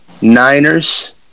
Niners